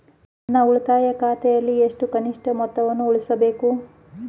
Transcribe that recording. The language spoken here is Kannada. ನನ್ನ ಉಳಿತಾಯ ಖಾತೆಯಲ್ಲಿ ಎಷ್ಟು ಕನಿಷ್ಠ ಮೊತ್ತವನ್ನು ಉಳಿಸಬೇಕು?